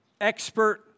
expert